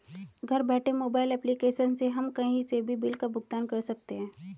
घर बैठे mobile application से हम कही से भी बिल का भुगतान कर सकते है